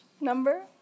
number